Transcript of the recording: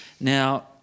Now